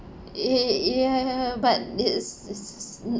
ya but it's s~ s~